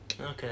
Okay